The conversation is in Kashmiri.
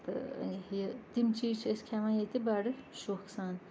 تہٕ یہِ تِم چیٖز چھِ أسۍ کھٮ۪وان ییٚتہِ بَڑٕ شوقہٕ سان